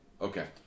Okay